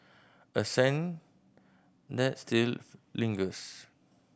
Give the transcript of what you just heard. a scent that still lingers